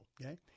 okay